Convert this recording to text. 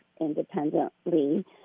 independently